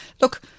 Look